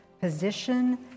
position